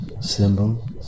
symbol